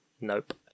nope